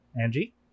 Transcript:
Angie